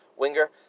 Winger